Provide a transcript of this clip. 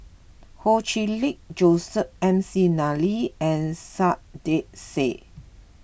Ho Chee Lick Joseph McNally and Saiedah Said